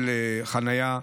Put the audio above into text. של חניה,